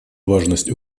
важность